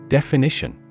Definition